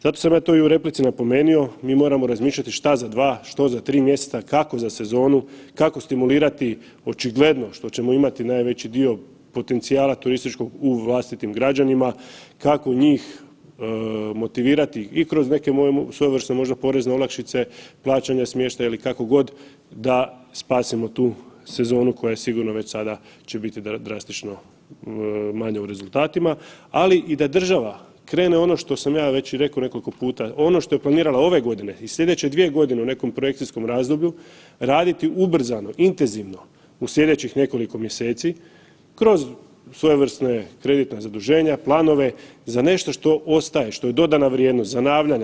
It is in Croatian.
Zato sam ja to i u replici napomenuo, mi moramo razmišljati šta za 2, što za 3 mjeseca, kako za sezonu, kako stimulirati očigledno što ćemo imati najveći dio potencijala turističkog u vlastitim građanima, kako njih motivirati i kroz neke svojevrsne možda porezne olakšice, plaćanja smještaja, kako god, da spasimo tu sezonu koja sigurno već sada će biti drastično manja u rezultatima, ali i da država krene ono što sam ja već i rekao nekoliko puta, ono što je planirala ove godine i slijedeće dvije godine u nekom projekcijskom razdoblju, raditi ubrzano, intenzivno u slijedećih nekoliko mjeseci, kroz svojevrsne kreditna zaduženja, planove, za nešto što ostaje, što je dodana vrijednost zanavljanja.